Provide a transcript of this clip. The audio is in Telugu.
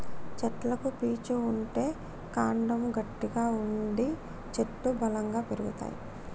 చెట్లకు పీచు ఉంటే కాండము గట్టిగా ఉండి చెట్లు బలంగా పెరుగుతాయి